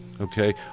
Okay